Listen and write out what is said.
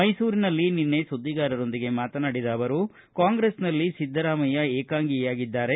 ಮೈಸೂರಿನಲ್ಲಿ ನಿನ್ನೆ ಸುದ್ದಿಗಾರರೊಂದಿಗೆ ಮಾತನಾಡಿದ ಅವರು ಕಾಂಗ್ರೆಸ್ನಲ್ಲಿ ಸಿದ್ದರಾಮಯ್ಯ ಏಕಾಂಗಿಯಾಗಿದ್ದಾರೆ